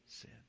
Sin